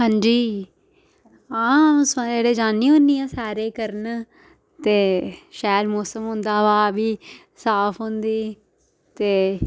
हां जी हां सवेरे जन्नी होन्नी आं सैरी करन ते शैल मौसम होंदा हवा बी साफ़ होंदी ते